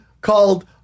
called